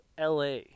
LA